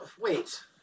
wait